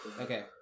okay